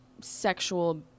sexual